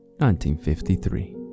1953